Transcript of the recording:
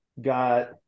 got